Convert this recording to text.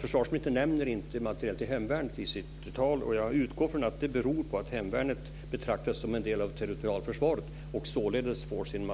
Försvarsministern nämner inte materiel till hemvärnet i sitt tal och jag utgår från att det beror på att hemvärnet betraktas som en del av territorialförsvaret och således får sin